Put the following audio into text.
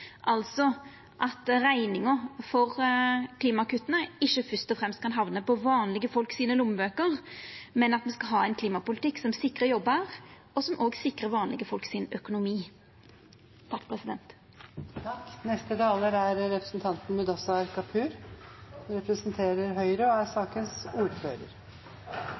for klimakutta skal ikkje fyrst og fremst hamna på vanlege folk sine lommebøker, men me skal ha ein klimapolitikk som sikrar jobbar, og som òg sikrar vanlege folk sin økonomi.